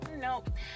Nope